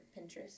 Pinterest